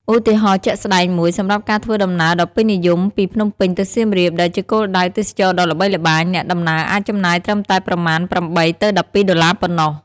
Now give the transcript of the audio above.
ឧទាហរណ៍ជាក់ស្តែងមួយ សម្រាប់ការធ្វើដំណើរដ៏ពេញនិយមពី ភ្នំពេញទៅសៀមរាប ដែលជាគោលដៅទេសចរណ៍ដ៏ល្បីល្បាញ អ្នកដំណើរអាចចំណាយត្រឹមតែប្រមាណ ៨ទៅ១២ ដុល្លារប៉ុណ្ណោះ។